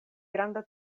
granda